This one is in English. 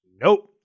Nope